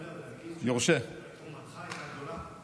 יורשה להגיד, תרומתך הייתה גדולה.